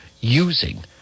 using